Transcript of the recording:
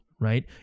Right